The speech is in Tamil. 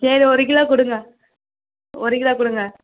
சரி ஒரு கிலோ கொடுங்க ஒரு கிலோ கொடுங்க